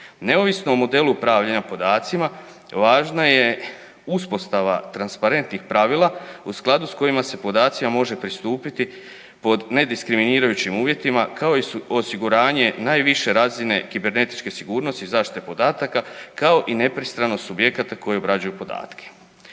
Neovisno o modelu upravljanja podacima važna je uspostava transparentnih pravila u skladu s kojima se podacima može pristupiti pod ne diskriminirajućim uvjetima kao osiguranje najviše razine kibernetičke sigurnosti zaštite podataka kao i nepristranost subjekata koji obrađuju podatke.